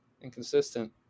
Inconsistent